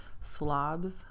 slobs